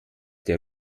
der